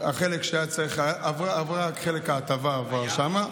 רק חלק ההטבה עבר שם.